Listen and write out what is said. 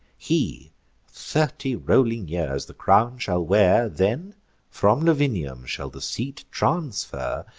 he thirty rolling years the crown shall wear, then from lavinium shall the seat transfer,